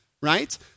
right